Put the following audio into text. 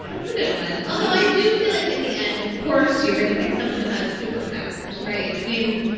that's a good one. although i do feel like in the end, of course, you're going to pick someone who has superpowers. right. i mean,